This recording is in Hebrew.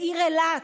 לעיר אילת,